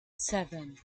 seven